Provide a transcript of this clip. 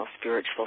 spiritual